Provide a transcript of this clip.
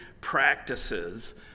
practices